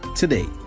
today